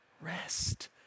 rest